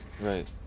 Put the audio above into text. Right